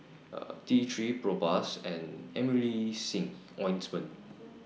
T three Propass and Emulsying Ointment